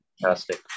fantastic